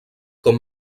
com